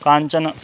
कश्चन